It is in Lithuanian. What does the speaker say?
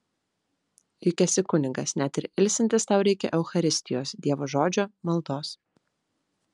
juk esi kunigas net ir ilsintis tau reikia eucharistijos dievo žodžio maldos